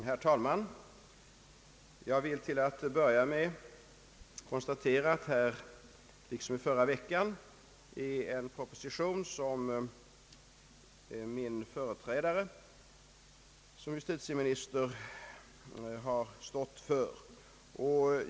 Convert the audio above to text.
Herr talman! Jag vill till att börja med konstatera att här nu, liksom i förra veckan, föreligger en proposition som min företrädare som justitieminister har stått för.